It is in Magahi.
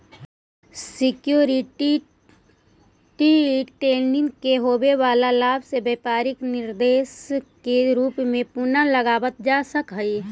सिक्योरिटी ट्रेडिंग में होवे वाला लाभ के व्यापारिक निवेश के रूप में पुनः लगावल जा सकऽ हई